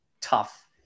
tough